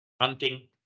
Hunting